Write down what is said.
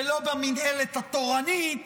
ולא במינהלת התורנית,